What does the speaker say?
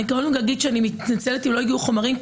אני קודם כול אגיד שאני מתנצלת אם לא הגיעו חומרים,